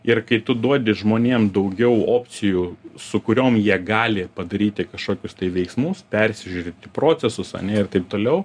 ir kai tu duodi žmonėm daugiau opcijų su kuriom jie gali padaryti kažkokius veiksmus persižiūrėti procesus ane ir taip toliau